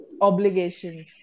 Obligations